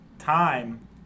Time